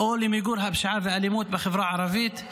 או למיגור הפשיעה והאלימות בחברה הערבית.